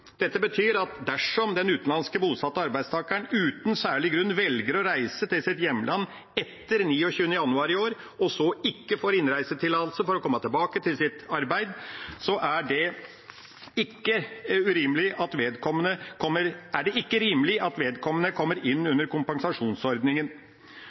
betyr at dersom den utenlands bosatte arbeidstakeren uten særlig grunn har valgt å reise til sitt hjemland etter 29. januar i år og så ikke har fått innreisetillatelse for å komme tilbake til sitt arbeid, er det ikke rimelig at vedkommende kommer inn under kompensasjonsordningen. For å nyansere det noe fremmer vi også et forslag om at